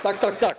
Tak, tak, tak.